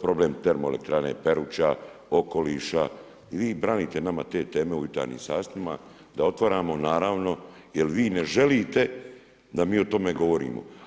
problem Termoelektrane Peruća, okoliša i vi branite nama te teme u jutarnjim satima, da otvaramo naravno, jer vi ne želite da mi o tome govorimo.